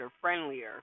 friendlier